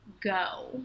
go